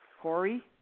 Corey